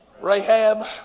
Rahab